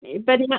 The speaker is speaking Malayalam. ഈ പ്രതിമാ